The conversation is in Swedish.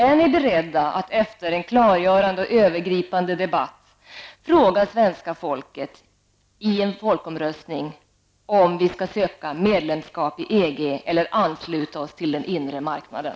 Är ni beredda att efter en klargörande och övergripande debatt fråga svenska folket -- i en folkomröstning -- om vi skall söka medlemskap i EG eller ansluta oss till den inre marknaden?